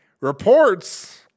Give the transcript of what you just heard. Reports